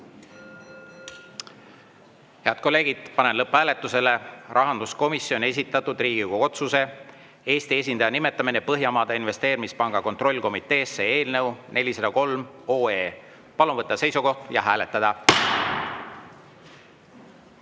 Head kolleegid, panen lõpphääletusele rahanduskomisjoni esitatud Riigikogu otsuse "Eesti esindaja nimetamine Põhjamaade Investeerimispanga kontrollkomiteesse" eelnõu 403. Palun võtta seisukoht ja hääletada!